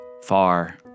Far